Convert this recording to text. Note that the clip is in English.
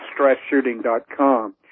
stressshooting.com